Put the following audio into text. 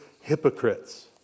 hypocrites